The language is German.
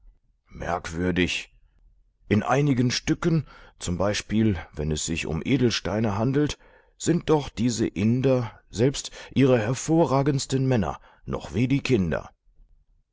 merkwürdig in einigen stücken z b wenn es sich um edelsteine handelt sind doch diese inder selbst ihre hervorragendsten männer noch wie die kinder